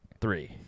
three